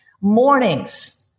Mornings